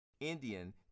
Indian